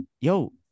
yo